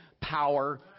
power